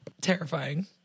Terrifying